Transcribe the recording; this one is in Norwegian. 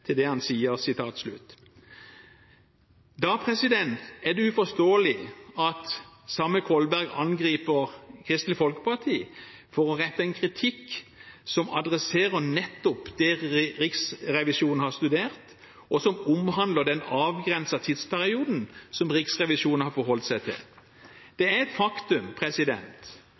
til det han sier.» Da er det uforståelig at samme Kolberg angriper Kristelig Folkeparti for å rette en kritikk som adresserer nettopp det Riksrevisjonen har studert, og som omhandler den avgrensede tidsperioden som Riksrevisjonen har forholdt seg til. Det